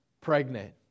pregnant